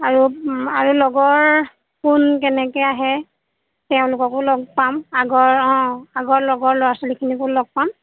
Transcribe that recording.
আৰু আৰু লগৰ কোন কেনেকৈ আহে তেওঁলোককো লগ পাম আগৰ অঁ আগৰ লগৰ ল'ৰা ছালীখিনিকো লগ পাম